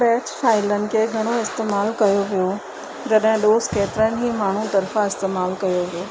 batch फाइलनि खे घणो इस्तमालु कयो वियो जॾहिं डोस केतिरनि ई माण्हू तरफां इस्तमालु कयो वियो